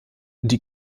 die